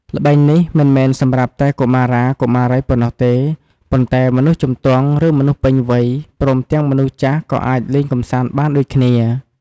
ល្បែងនេះមិនមែនសម្រាប់តែកុមារា កុមារីប៉ុណ្ណោះទេ ប៉ុន្តែមនុស្សជំទង់ ឬ មនុស្សពេញវ័យ ព្រមទាំងមនុស្សចាស់ក៏អាចលេងកំសាន្តបានដូចគ្នា។